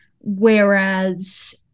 Whereas